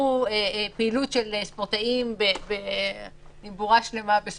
זה ביחס למקומות עבודה שהותרה פעילותם בהגדרת